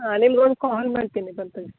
ಹಾಂ ನಿಮ್ಗೊಂದು ಕಾಲ್ ಮಾಡ್ತೀನಿ ಬಂದು